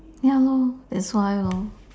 ya lor that's why lor